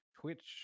Twitch